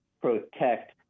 protect